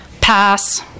Pass